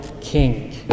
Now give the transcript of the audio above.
King